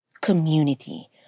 Community